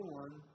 one